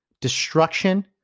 destruction